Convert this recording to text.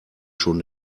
schon